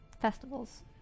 festivals